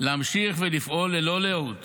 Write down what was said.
להמשיך ולפעול ללא לאות